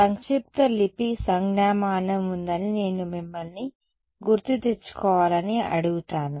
సంక్షిప్తలిపి సంజ్ఞామానం ఉందని నేను మిమ్మల్ని గుర్తు తెచ్చుకోవాలని అడుగుతాను